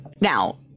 now